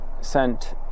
sent